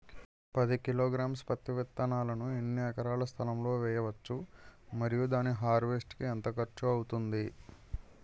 పది కిలోగ్రామ్స్ పత్తి విత్తనాలను ఎన్ని ఎకరాల స్థలం లొ వేయవచ్చు? మరియు దాని హార్వెస్ట్ కి ఎంత ఖర్చు అవుతుంది?